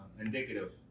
indicative